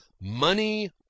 money